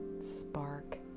spark